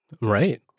Right